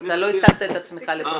אתה לא הצגת את עצמך לפרוטוקול.